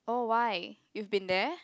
oh why you've been there